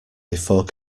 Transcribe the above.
before